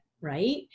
right